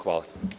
Hvala.